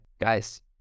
guys